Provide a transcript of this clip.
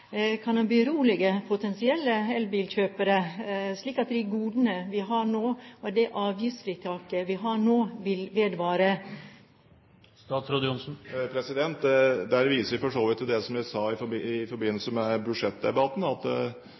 potensielle elbilkjøpere med at de godene vi har nå, og det avgiftsfritaket vi har nå, vil vedvare? Der viser jeg for så vidt til det som jeg sa i forbindelse med budsjettdebatten, at